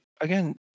again